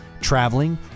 traveling